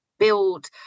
build